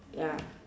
ya